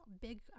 big